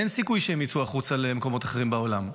אין סיכוי שהם יצאו החוצה למקומות אחרים בעולם.